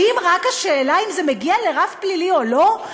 האם רק השאלה אם זה מגיע לרף פלילי או לא,